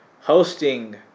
hosting